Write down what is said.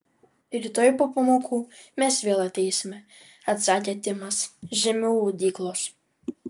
rytoj po pamokų mes vėl ateisime atsakė timas žemiau audyklos